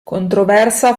controversa